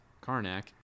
Karnak